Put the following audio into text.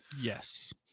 Yes